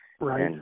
Right